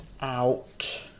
out